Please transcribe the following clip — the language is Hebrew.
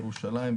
ירושלים,